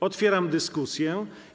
Otwieram dyskusję.